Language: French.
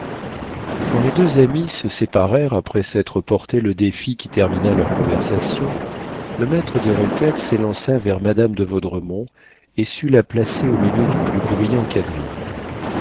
quand les deux amis se séparèrent après s'être porté le défi qui termina leur conversation le maître des requêtes s'élança vers madame de vaudremont et sut la placer au milieu du plus brillant quadrille